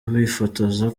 bifotoza